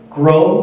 grow